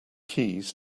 keys